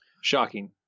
Shocking